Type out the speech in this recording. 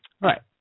Right